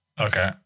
Okay